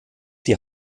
die